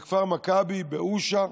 בכפר מכבי, באושה?